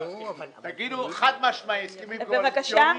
תגידו חד-משמעית אם זה הסכמים קואליציוניים,